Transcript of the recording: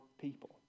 people